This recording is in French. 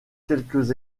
quelques